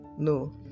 No